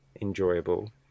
enjoyable